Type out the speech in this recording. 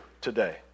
today